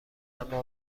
اما